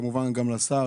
כמובן גם לשר.